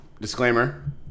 disclaimer